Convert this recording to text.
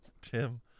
Tim